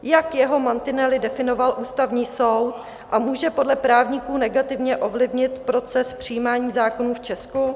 Jak jeho mantinely definoval Ústavní soud a může podle právníků negativně ovlivnit proces přijímání zákonů v Česku?